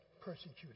persecuted